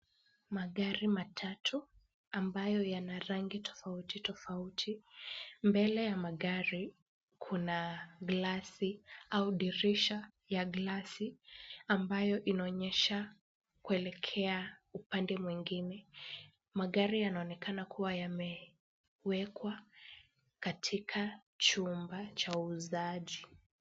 Kuna magari matatu ambayo yana rangi tofauti tofauti. Mbele ya magari kuna glasi au dirisha ya glasi ambayo inaonyesha kuelekea upande mwingine. Magari yanaonekana kuwa yamewekwa katika chumba cha uuzaji.